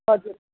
हजुर